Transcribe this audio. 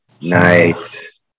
Nice